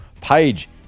Page